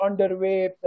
underway